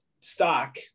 stock